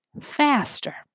faster